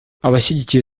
abashigikiye